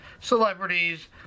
celebrities